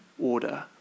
Order